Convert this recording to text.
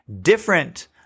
different